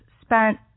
spent